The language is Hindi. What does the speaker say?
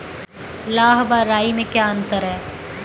लाह व राई में क्या अंतर है?